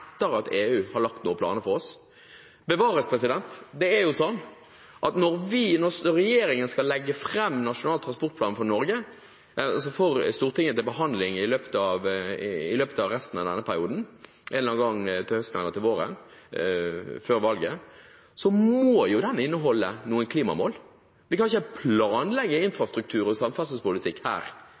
at EU har lagt planer for oss. Bevares, det er jo sånn at når regjeringen skal legge fram Nasjonal transportplan for Norge – Stortinget får den til behandling i løpet av denne perioden, en eller annen gang til høsten eller til våren, før valget – må jo den inneholde noen klimamål. Vi kan ikke planlegge en infrastruktur og samferdselspolitikk her